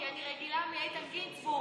כי אני רגילה מאיתן גינזבורג,